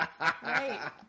Right